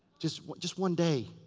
just just one day.